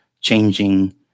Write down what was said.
changing